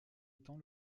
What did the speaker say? étant